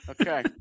okay